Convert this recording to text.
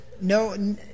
No